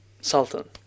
Sultan